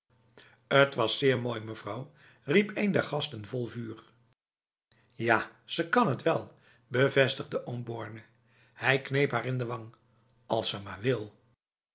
t was zéér mooi mevrouw riep een der gasten vol vuur ja ze kan het wel bevestigde oom borne en hij kneep haar in de wang als ze maar wilf